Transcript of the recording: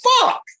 fuck